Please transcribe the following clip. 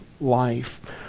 life